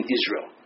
Israel